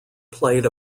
played